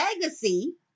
legacy